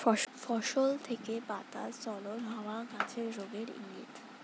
ফসল থেকে পাতা স্খলন হওয়া গাছের রোগের ইংগিত